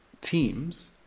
teams